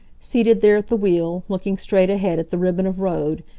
seated there at the wheel, looking straight ahead at the ribbon of road,